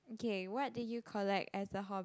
okay what do you collect as a hobby